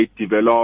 develop